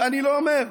שאני לא אומר,